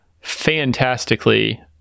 fantastically